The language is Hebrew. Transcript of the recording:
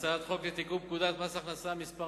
הצעת חוק לתיקון פקודת מס הכנסה (מס'